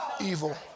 evil